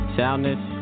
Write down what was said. soundness